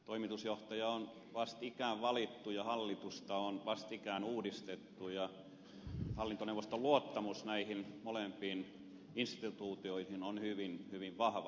toimitusjohtaja on vastikään valittu ja hallitusta on vastikään uudistettu ja hallintoneuvoston luottamus näihin molempiin instituutioihin on hyvin hyvin vahva